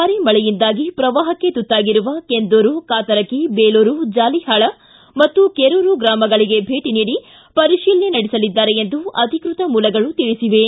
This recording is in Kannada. ಭಾರೀ ಮಳೆಯಿಂದಾಗಿ ಪ್ರವಾಹಕ್ಕೆ ತುತ್ತಾಗಿರುವ ಕೆಂದೂರು ಕಾತರಕಿ ಬೇಲೂರು ಜಾಲಿಹಾಳ ಕೆರೂರು ಗ್ರಾಮಗಳಿಗೆ ಭೇಟ ನೀಡಿ ಪರಿಶೀಲನೆ ನಡೆಸಲಿದ್ದಾರೆ ಎಂದು ಅಧಿಕೃತ ಮೂಲಗಳು ತಿಳಿಸಿವೆ